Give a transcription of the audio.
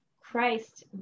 Christ